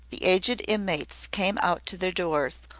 the aged inmates came out to their doors,